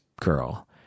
girl